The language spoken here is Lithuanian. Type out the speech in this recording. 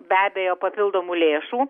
be abejo papildomų lėšų